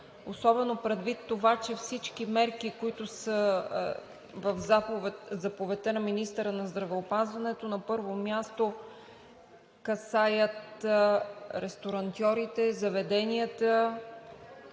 Особено предвид това, че всички мерки, които в заповедта на министъра на здравеопазването на първо място касаят ресторантьорите, заведенията.